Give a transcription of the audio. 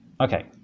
Okay